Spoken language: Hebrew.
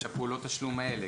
פעולות תשלום אלה.